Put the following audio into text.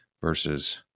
versus